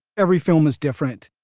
every film is different,